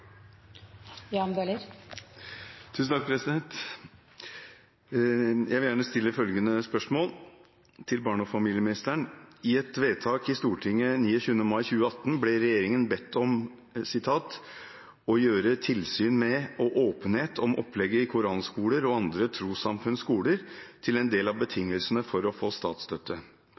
Jeg vil gjerne stille følgende spørsmål til barne- og familieministeren: «I et vedtak i Stortinget 29. mai 2018 ble regjeringen bedt om å «gjøre tilsyn med og åpenhet om opplegget i koranskoler og andre trossamfunns skoler til en del av betingelsene for å få statsstøtte.